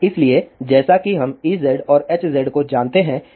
इसलिए जैसा कि हम Ez और Hz को जानते हैं